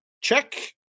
Check